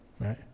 Right